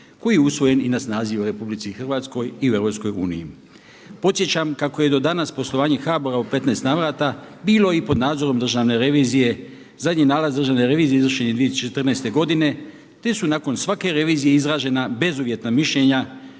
koji je usvojen i na snazi je u RH i EU. Podsjećam kako je do danas poslovanje HBOR-a u 15 navrata bilo i pod nadzorom Državne revizije. Zadnji nalaz Državne revizije izvršen je 2014. godine te su nakon svake revizije izrađena bezuvjetna mišljenja